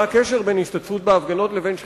מה הקשר בין השתתפות בהפגנות לבין שחיתות?